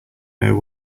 know